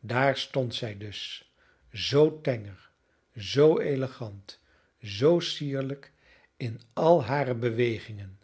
daar stond zij dus zoo tenger zoo elegant zoo sierlijk in al hare bewegingen